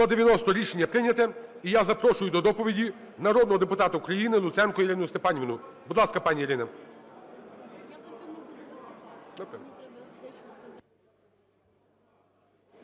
Рішення прийнято. І я запрошую до доповіді народного депутата України Луценко Ірину Степанівну. Будь ласка, пані Ірина.